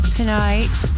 tonight